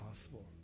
possible